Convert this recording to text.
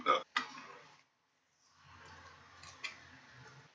uh